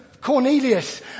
Cornelius